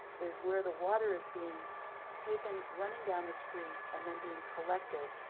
is where the water is being taken, running down the street and then being collected,